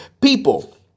people